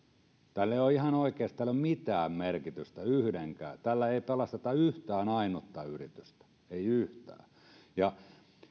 ei ole ihan oikeasti mitään merkitystä yhdellekään tällä ei pelasteta yhtään ainutta yritystä ei yhtään